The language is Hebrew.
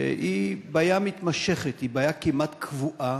היא בעיה מתמשכת, היא בעיה כמעט קבועה,